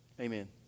Amen